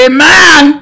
Amen